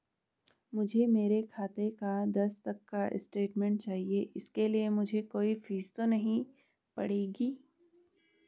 मुझे मेरे खाते का दस तक का स्टेटमेंट चाहिए इसके लिए मुझे कोई फीस तो नहीं पड़ेगी?